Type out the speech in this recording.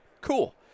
cool